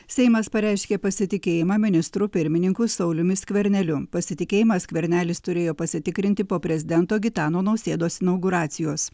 seimas pareiškė pasitikėjimą ministru pirmininku sauliumi skverneliu pasitikėjimą skvernelis turėjo pasitikrinti po prezidento gitano nausėdos inauguracijos